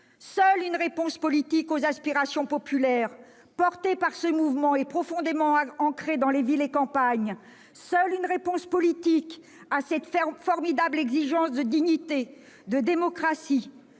seule une réponse politique aux aspirations populaires portées par ce mouvement et profondément ancrées dans les villes et les campagnes, seule une réponse politique à cette formidable exigence de dignité et de démocratie,